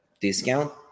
discount